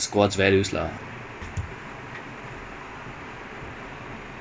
neymar ah he's worth more than the entire booteks team